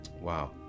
wow